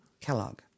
Kellogg